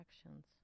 actions